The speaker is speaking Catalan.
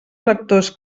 electors